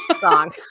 song